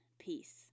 peace